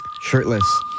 shirtless